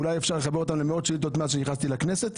ואולי אפשר לחבר אותן למאות שאילתות מאז שנכנסתי לכנסת.